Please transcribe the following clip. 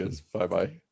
Bye-bye